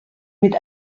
mit